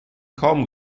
kaum